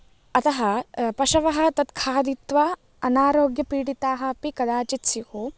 अतः पशवः तत् खादित्वा अनारोग्यपीडिताः अपि कदाचित् स्युः